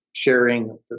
sharing